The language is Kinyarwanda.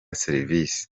serivisi